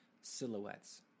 silhouettes